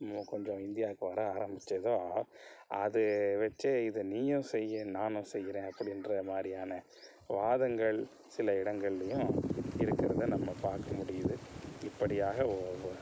நம்ம கொஞ்சோம் இந்தியாவுக்கு வர ஆரம்பித்ததோ அது வைச்சே இது நீயும் செய் நானும் செய்கிறேன் அப்படின்ற மாதிரியான வாதங்கள் சில இடங்கள்லையும் இருக்கிறத நம்ம பார்க்க முடியுது இப்படியாக ஒரு